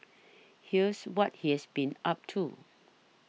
here's what he's been up to